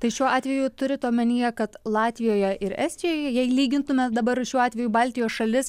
tai šiuo atveju turit omenyje kad latvijoje ir estijoje jei lygintume dabar šiuo atveju baltijos šalis